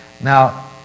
Now